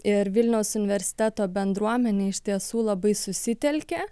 ir vilniaus universiteto bendruomenė iš tiesų labai susitelkė